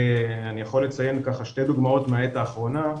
אני יכול לציין ככה שתי דוגמאות מהעת האחרונה,